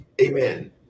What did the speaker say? Amen